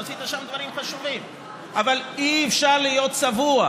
עשית שם דברים חשובים, אבל אי-אפשר להיות צבוע.